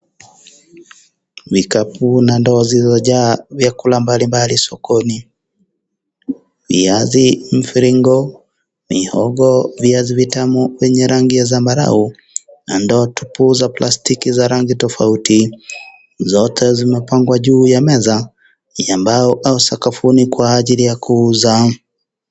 Mikapu na ndoo zilizojaa vyakula mbalimbali sokoni. Viazi mfiringo, mihogo, viazi vitamu vyenye rangi ya zambarau na ndoo tupuu za plastiki za rangi tofauti. Zote zimepangwa juu ya meza ya mbao au sakafuni kwa ajili ya kuzaa.